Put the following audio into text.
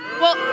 well